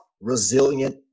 resilient